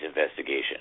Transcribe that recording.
investigation